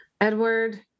Edward